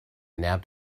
nabbed